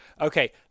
okay